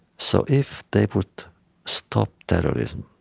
so if they would stop terrorism,